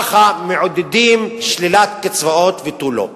ככה מעודדים שלילת קצבאות ותו לא.